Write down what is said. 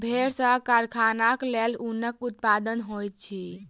भेड़ सॅ कारखानाक लेल ऊनक उत्पादन होइत अछि